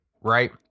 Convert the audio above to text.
Right